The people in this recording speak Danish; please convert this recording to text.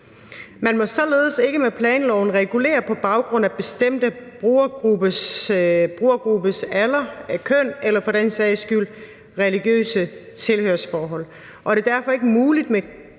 Man må således ikke med planloven regulere på baggrund af bestemte brugergruppers alder, køn eller for den sags skyld religiøse tilhørsforhold. Det er derfor ikke muligt med